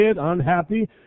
unhappy